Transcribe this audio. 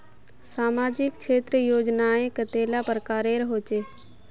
सामाजिक क्षेत्र योजनाएँ कतेला प्रकारेर होचे?